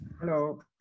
Hello